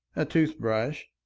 a tooth-brush,